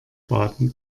baden